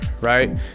right